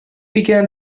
began